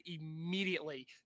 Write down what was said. immediately